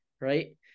right